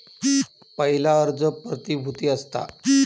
पयला कर्ज प्रतिभुती असता